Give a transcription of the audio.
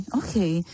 okay